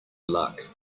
luck